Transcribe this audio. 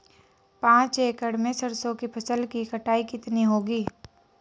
पांच एकड़ में सरसों की फसल की कटाई कितनी होगी?